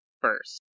first